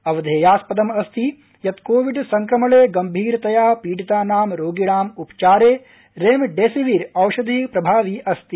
अवधेयास्पदम् अस्ति यत् कोविड संक्रमणे गंभीरतया पीडितानां रोगीणां उपचारे रेमडेसिविर औषधि प्रभावी अस्ति